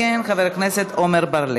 כאמור,